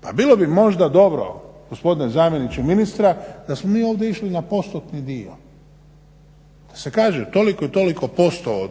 pa bilo bi možda dobro gospodine zamjeniče ministra da smo mi ovdje išli na postotni dio, da se kaže toliko i toliko posto od